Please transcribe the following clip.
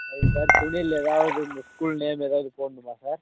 சரி சார் துணியில ஏதாவது உங்கள் ஸ்கூல் நேம் ஏதாவது போட்னுமா சார்